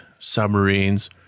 submarines